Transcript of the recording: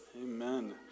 Amen